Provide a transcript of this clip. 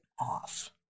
off